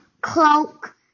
cloak